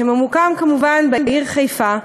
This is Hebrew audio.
שממוקם כמובן בעיר חיפה,